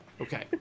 Okay